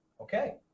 Okay